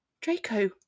Draco